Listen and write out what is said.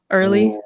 early